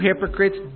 hypocrites